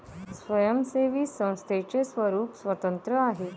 स्वयंसेवी संस्थेचे स्वरूप स्वतंत्र आहे